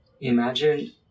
imagine